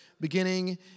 beginning